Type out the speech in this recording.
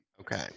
Okay